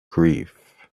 grief